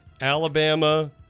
Alabama